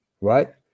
right